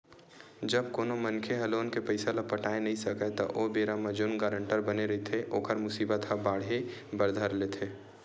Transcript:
जब कोनो मनखे ह लोन के पइसा ल पटाय नइ सकय त ओ बेरा म जउन गारेंटर बने रहिथे ओखर मुसीबत ह बाड़हे बर धर लेथे